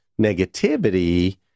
negativity